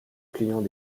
client